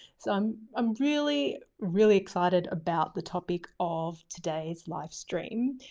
so um i'm really, really excited about the topic of today's live stream